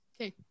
Okay